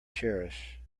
cherish